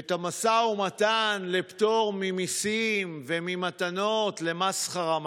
את המשא ומתן לפטור ממיסים וממתנות למסחרה,